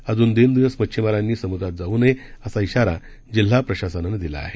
अजून दोन दिवस मच्छीमारांनी समुद्रात जाऊ नये असा इषारा जिल्हा प्रशासनानं दिला आहे